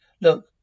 Look